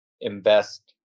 invest